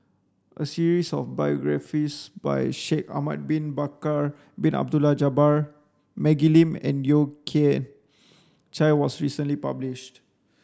a series of biographies by Shaikh Ahmad Bin Bakar Bin Abdullah Jabbar Maggie Lim and Yeo Kian Chai was recently published